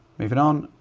move it on.